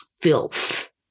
Filth